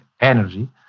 energy